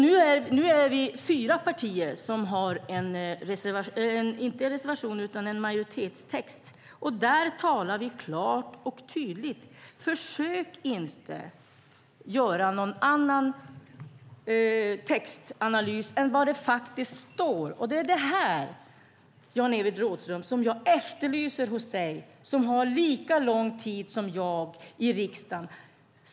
Nu finns det fyra partier som har en majoritetstext, och där är vi klara och tydliga. Försök inte göra någon annan analys av texten än vad som faktiskt står skrivet! Det är det jag efterlyser hos dig, Jan-Evert Rådhström, som har lika lång tid som jag i riksdagen.